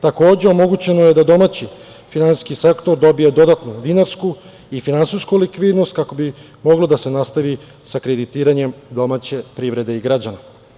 Takođe, omogućeno je da domaći finansijski sektor dobije dodatnu dinarsku i finansijsku likvidnost kako bi moglo da se nastavi sa kreditiranjem domaće privrede i građana.